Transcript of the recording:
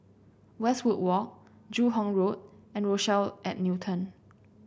Westwood Walk Joo Hong Road and Rochelle at Newton